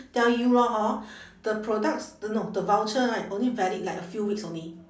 tell you lor hor the products the no the voucher right only valid like a few weeks only